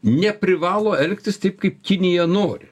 neprivalo elgtis taip kaip kinija nori